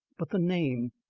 but the name!